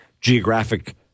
geographic